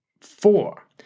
four